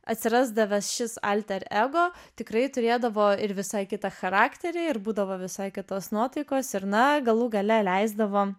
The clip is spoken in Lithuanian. atsirasdavęs šis alter ego tikrai turėdavo ir visai kitą charakterį ir būdavo visai kitos nuotaikos ir na galų gale leisdavo